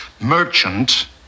merchant